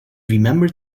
remembered